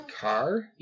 car